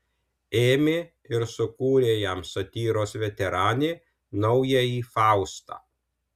ėmė ir sukūrė jam satyros veteranė naująjį faustą